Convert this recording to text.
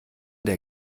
der